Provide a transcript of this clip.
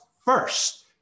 first